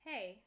Hey